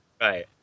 right